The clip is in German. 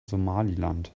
somaliland